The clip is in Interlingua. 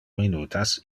minutas